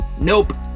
Nope